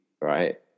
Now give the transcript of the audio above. right